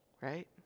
right